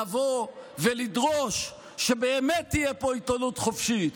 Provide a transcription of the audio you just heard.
לבוא ולדרוש שבאמת תהיה פה עיתונות חופשית,